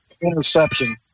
interception